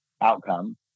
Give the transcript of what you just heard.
outcome